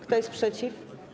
Kto jest przeciw?